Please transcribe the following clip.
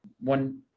one-